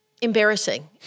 embarrassing